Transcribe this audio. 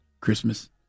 Christmas